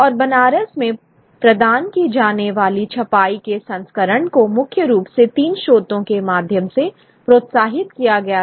और बनारस में प्रदान की जाने वाली छपाई के संरक्षण को मुख्य रूप से तीन स्रोतों के माध्यम से प्रोत्साहित किया गया था